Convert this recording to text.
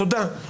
תודה.